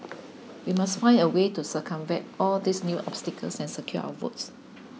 we must find a way to circumvent all these new obstacles and secure our votes